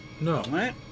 No